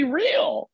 real